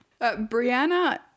Brianna